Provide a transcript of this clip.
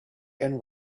and